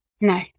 no